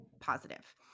positive